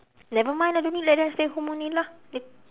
never mind ah don't need let them stay home only lah